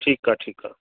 ठीकु आहे ठीकु आहे